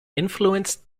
influenced